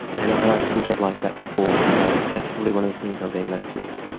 and i didn't get like that before, so that's probably one of the things i've been left with.